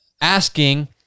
asking